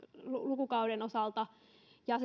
lukukauden osalta ja